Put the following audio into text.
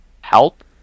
help